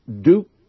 Duke